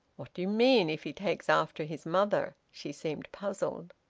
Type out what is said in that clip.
what do you mean if he takes after his mother? she seemed puzzled.